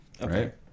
Right